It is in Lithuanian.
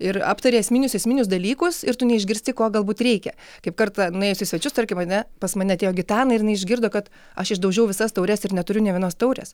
ir aptari esminius esminius dalykus ir tu neišgirsti ko galbūt reikia kaip kartą nuėjus į svečius tarkim ane pas mane atėjo gitana ir jinai išgirdo kad aš išdaužiau visas taures ir neturiu nė vienos taurės